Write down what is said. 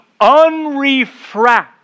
unrefract